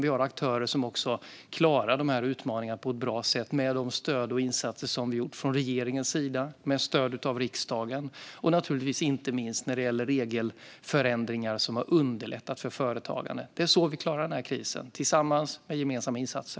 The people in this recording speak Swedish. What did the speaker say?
Vi har aktörer som klarar de utmaningarna på ett bra sätt med de stöd och de insatser som vi har gjort från regeringens sida med stöd av riksdagen. Det gäller naturligtvis inte minst regelförändringar som har underlättat för företagande. Det är så vi klarar den här krisen tillsammans med gemensamma insatser.